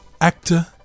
Actor